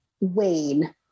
Wayne